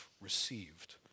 received